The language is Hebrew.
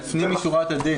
לפנים משורת הדין.